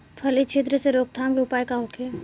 फली छिद्र से रोकथाम के उपाय का होखे?